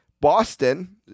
Boston